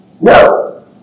No